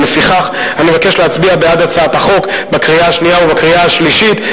ולפיכך אני מבקש להצביע בעד הצעת החוק בקריאה השנייה ובקריאה השלישית,